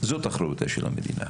זאת האחריות של המדינה.